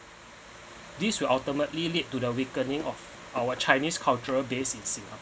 this will ultimately lead to the weakening of our chinese cultural based in singapore